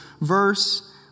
verse